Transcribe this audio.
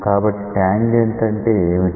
కాబట్టి ట్యాంజెంట్ అంటే ఏమిటి